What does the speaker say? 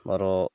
ମୋର